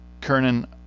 kernan